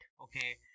okay